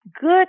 good